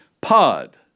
pod